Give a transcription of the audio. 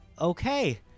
Okay